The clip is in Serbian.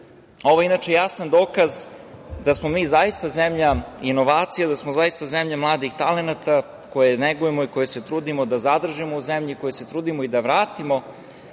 je inače jasan dokaz da smo mi zaista zemlja inovacija, da smo zaista zemlja mladih talenata, koje negujemo, koje se trudimo da zadržimo u zemlji, koje se trudimo i da vratimo